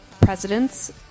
presidents